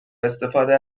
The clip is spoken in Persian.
استفاده